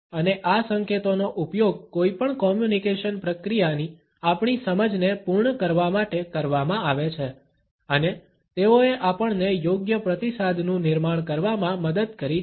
અને આ સંકેતોનો ઉપયોગ કોઈપણ કોમ્યુનિકેશન પ્રક્રિયાની આપણી સમજને પૂર્ણ કરવા માટે કરવામાં આવે છે અને તેઓએ આપણને યોગ્ય પ્રતિસાદનું નિર્માણ કરવામાં મદદ કરી છે